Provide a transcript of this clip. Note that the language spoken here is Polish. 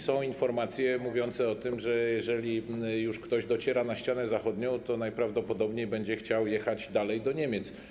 Są informacje mówiące o tym, że jeżeli już ktoś dociera na ścianę zachodnią, to najprawdopodobniej będzie chciał jechać dalej, do Niemiec.